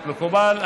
מקובל?